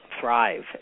thrive